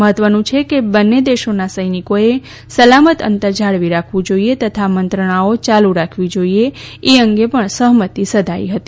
મહત્વનું છે કે બંન્ને દેશોનાં સૌનિકો એ સલામત અંતર જાળવી રાખવું જોઈએ તથા મંત્રણાઓ ચાલુ રાખવીં જોઈએ એ અંગે પણ સહમતી સધાઈ હતી